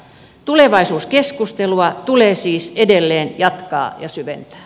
tulevaisuuskeskustelua tulee siis edelleen jatkaa ja syventää